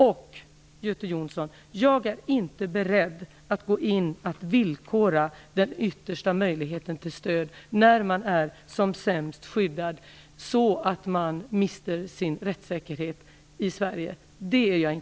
Och, Göte Jonsson, jag är inte beredd att villkora den yttersta möjligheten till stöd när man är som sämst skyddad, så att man mister sin rättssäkerhet i